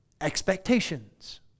expectations